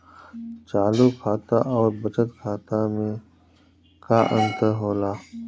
चालू खाता अउर बचत खाता मे का अंतर होला?